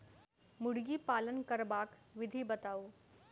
मुर्गी पालन करबाक विधि बताऊ?